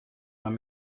man